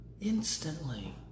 instantly